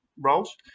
roles